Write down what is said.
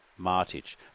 Martic